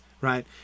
Right